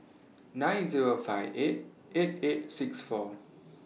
nine Zero five eight eight eight six four